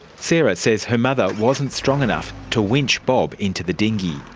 sarah says her mother wasn't strong enough to winch bob into the dinghy.